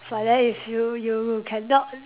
but then if you you cannot